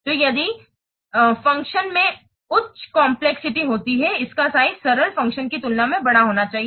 तो यदि a function में उच्च कम्प्लेक्सिटी होती है इसका साइज सरल फ़ंक्शन की तुलना में बड़ा होना चाहिए